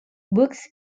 books